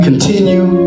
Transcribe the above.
Continue